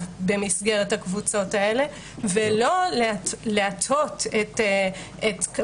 במסגרת הקבוצות האלה ולא להטעות את,